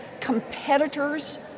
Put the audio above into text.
competitors